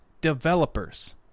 developers